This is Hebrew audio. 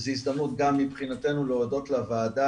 זה הזדמנות גם מבחינתנו להודות לוועדה